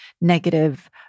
negative